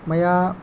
मया